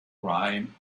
grime